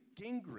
Gingrich